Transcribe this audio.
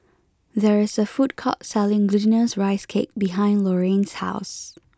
there is a food court selling Glutinous Rice Cake behind Lorayne's house